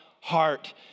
heart